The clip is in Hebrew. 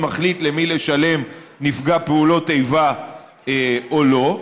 מחליט למי לשלם כנפגע פעולות איבה ולמי לא.